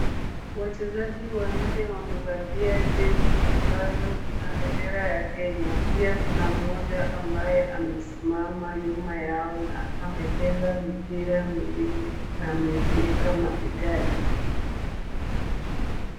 Wachezaji wanne wamevalia jezi ambayo ina bendera ya Kenya. Pia kuna mmoja ambaye amesimama nyuma yao na amebeba mipira miwili na amezieka mabegani.